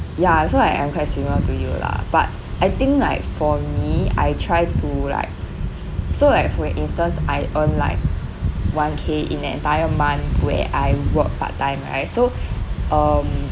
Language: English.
ya so I I'm quite similar to you lah but I think like for me I try to like so like for instance I earn like one K in an entire month where I work part time right so um